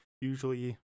Usually